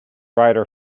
rider